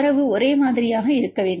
தரவு ஒரேமாதிரியாக இருக்க வேண்டும்